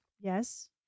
Yes